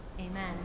Amen